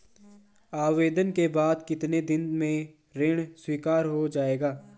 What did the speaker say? आवेदन के बाद कितने दिन में ऋण स्वीकृत हो जाएगा?